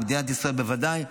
ובמדינת ישראל בוודאי,